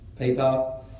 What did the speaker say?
PayPal